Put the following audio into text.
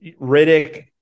Riddick